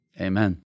Amen